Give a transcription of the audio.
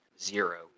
zero